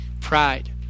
pride